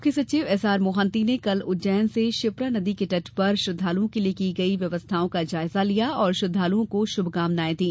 मुख्य सचिव एस आर मोहंती ने कल उज्जैन मे क्षिप्रा नदी के तट पर श्रद्धालुओं के लिए की गई व्यवस्थाओं का जायजा लिया और श्रद्दालुओं को शुभकामनायें दी